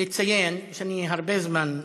לציין שאני הרבה זמן בכנסת,